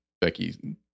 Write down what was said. Becky